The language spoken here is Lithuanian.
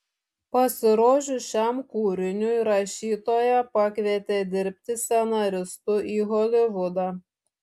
pasirodžius šiam kūriniui rašytoją pakvietė dirbti scenaristu į holivudą